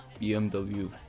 BMW